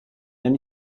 amie